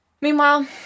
Meanwhile